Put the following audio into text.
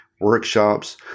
workshops